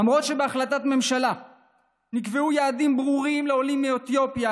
למרות שבהחלטת ממשלה נקבעו יעדים ברורים לעולים מאתיופיה,